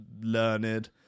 learned